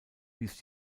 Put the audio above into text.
wies